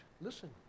Listen